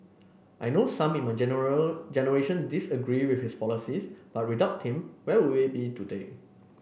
I know some in my general generation disagree with his policies but without him where would we be today